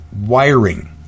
wiring